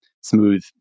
smooth